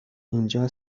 اینجا